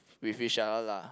with each other lah